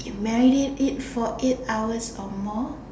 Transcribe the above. you marinade it for eight hours or more